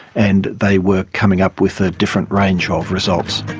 and they were coming up with a different range of results.